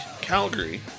Calgary